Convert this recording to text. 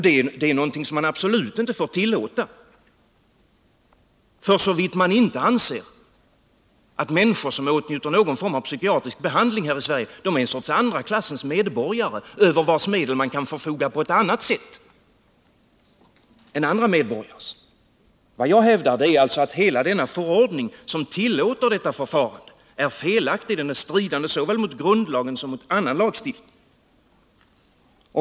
Det är något som man absolut inte får tillåta — såvitt man inte anser att människor som åtnjuter någon form av psykiatrisk behandling här i Sverige är ett slags andra klassens medborgare, över vilkas medel man kan förfoga på annat sätt än när det gäller andra medborgares medel. Vad jag hävdar är alltså att hela den förordning som tillåter detta förfarande är felaktig, stridande mot såväl grundlagen som annan lagstiftning.